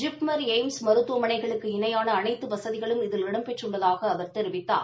ஜிப்மா் எய்ம்ஸ் மருத்துவமனைகளுக்கு இணையான அனைத்து வசதிகளும் இதில் இடம்பெற்றுள்ளதாக அவர் தெரிவித்தார்